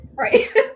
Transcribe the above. Right